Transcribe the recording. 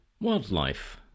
Wildlife